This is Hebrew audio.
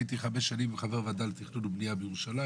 הייתי חמש שנים חבר ועדה לתכנון ובנייה בירושלים.